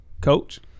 Coach